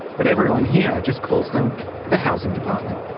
but everyone here just calls them the housing department.